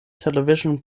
television